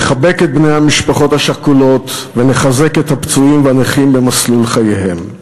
נחבק את בני המשפחות השכולות ונחזק את הפצועים והנכים במסלול חייהם.